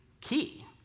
key